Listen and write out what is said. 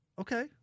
Okay